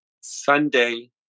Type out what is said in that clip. Sunday